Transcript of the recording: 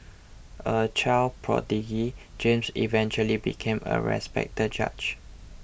a child prodigy James eventually became a respected judge